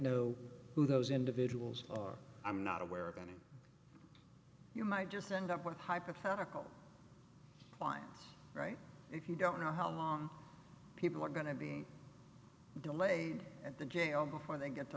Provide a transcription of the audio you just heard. know who those individuals or i'm not aware of any you might just end up with hypothetical clients right if you don't know how long people are going to be delayed at the jail before they get to